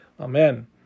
Amen